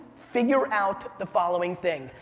figure out the following thing,